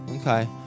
Okay